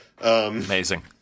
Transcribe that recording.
Amazing